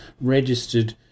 registered